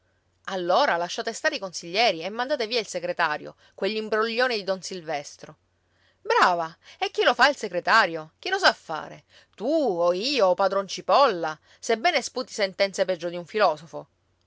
allora lasciate stare i consiglieri e mandate via il segretario quell'imbroglione di don silvestro brava e chi lo fa il segretario chi lo sa fare tu o io o padron cipolla sebbene sputi sentenze peggio di un filosofo